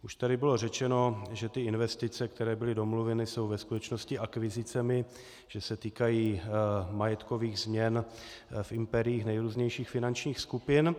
Už tady bylo řečeno, že ty investice, které jsou domluveny, jsou ve skutečnosti akvizicemi, že se týkají majetkových změn v impériích nejrůznějších finančních skupin.